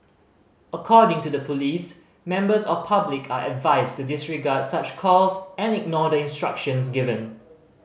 according to the police members of public are advised to disregard such calls and ignore the instructions given